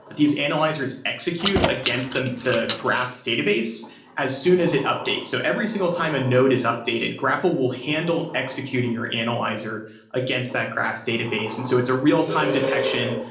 these analyzers execute against the the graph database as soon as it updates. so every single time a node is updated, grapl will handle executing your analyzer against that graph database. and so it's a real-time detection.